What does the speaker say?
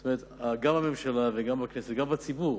זאת אומרת, גם בממשלה, גם בכנסת וגם בציבור